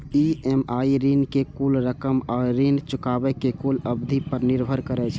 EMI ऋण के कुल रकम आ ऋण चुकाबै के कुल अवधि पर निर्भर करै छै